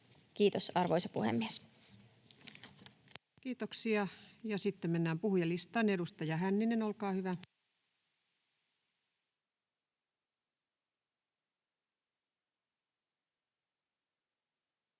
Time: 17:09 Content: Kiitoksia. — Sitten mennään puhujalistaan. — Edustaja Hänninen, olkaa hyvä.